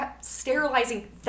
sterilizing